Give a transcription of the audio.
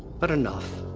but enough.